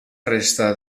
resta